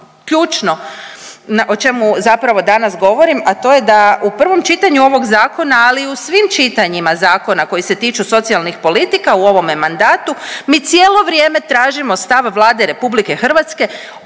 ključno o čemu zapravo danas govorim, a to je da u prvom čitanju ovog zakona, ali i u svim čitanjima zakona koji se tiču socijalnih politika u ovome mandatu, mi cijelo vrijeme tražimo stav Vlade RH o odnosu